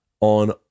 on